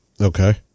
Okay